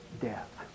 death